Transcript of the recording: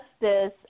Justice